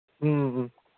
ꯎꯝ ꯎꯝ